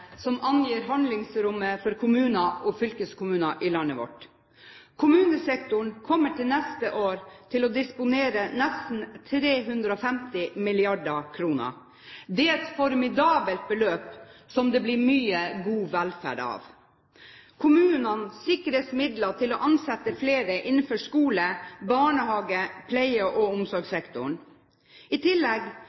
som angir handlingsrommet for kommuner og fylkeskommuner i landet vårt. Kommunesektoren kommer neste år til å disponere nesten 350 mrd. kr. Det er et formidabelt beløp som det blir mye god velferd av. Kommunene sikres midler til å ansette flere innenfor skole, barnehage og pleie- og omsorgssektoren. I tillegg